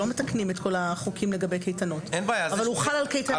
לא מתקנים את כל החוקים לגבי קייטנות אבל הוא חל על קייטנה.